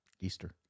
Easter